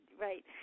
right